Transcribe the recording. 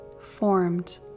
formed